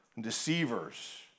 Deceivers